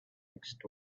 next